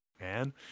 Man